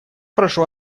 прошу